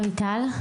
רויטל.